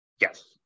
Yes